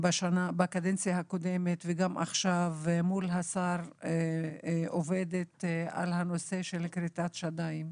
בקדנציה הקודמת וגם עכשיו אני עובדת מול השר על הנושא של כריתת שדיים.